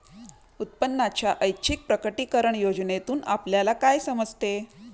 उत्पन्नाच्या ऐच्छिक प्रकटीकरण योजनेतून आपल्याला काय समजते?